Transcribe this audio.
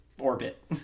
orbit